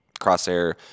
crosshair